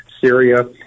Syria